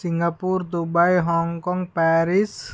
Singapore Dubai Hong Kong Paris